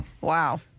Wow